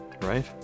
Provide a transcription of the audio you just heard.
right